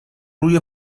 روی